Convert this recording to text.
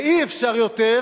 אי-אפשר יותר,